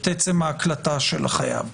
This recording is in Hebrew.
את עצם ההקלטה של החייב,